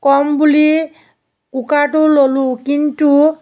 কম বুলি কুকাৰটো ল'লো কিন্তু